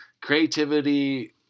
creativity